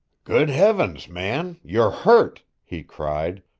good heavens, man, you're hurt! he cried,